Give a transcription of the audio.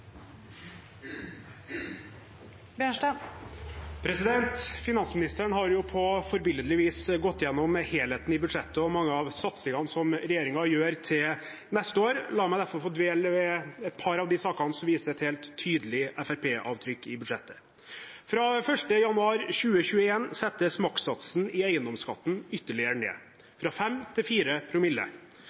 i jobb. Finansministeren har på forbilledlig vis gått gjennom helheten i budsjettet og mange av satsingene som regjeringen gjør til neste år. La meg derfor få dvele ved et par av sakene som viser et helt tydelig Fremskrittsparti-avtrykk i budsjettet. Fra 1. januar 2021 settes makssatsen i eiendomsskatten ytterligere ned, fra 5 til